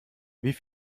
wie